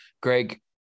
Greg